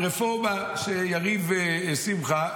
הרפורמה של יריב ושמחה,